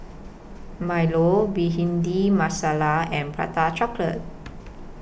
Milo Bhindi Masala and Prata Chocolate